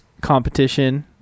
competition